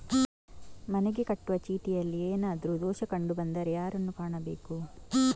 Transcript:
ಮನೆಗೆ ಕಟ್ಟುವ ಚೀಟಿಯಲ್ಲಿ ಏನಾದ್ರು ದೋಷ ಕಂಡು ಬಂದರೆ ಯಾರನ್ನು ಕಾಣಬೇಕು?